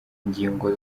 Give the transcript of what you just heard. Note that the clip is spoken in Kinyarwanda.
ngingo